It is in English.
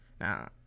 Now